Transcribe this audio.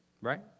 Right